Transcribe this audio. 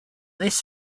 this